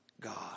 God